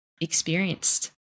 experienced